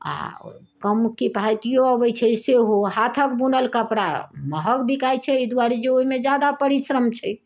आ कम किफाइतियो अबैत छै सेहो हाथक बुनल कपड़ा महग बिकाइत छै एहि दुआरे जे ओहिमे जादा परिश्रम छै